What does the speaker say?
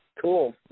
Cool